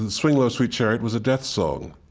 and swing low, sweet chariot was a death song,